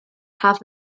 have